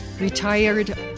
retired